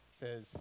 says